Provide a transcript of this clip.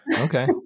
Okay